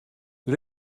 der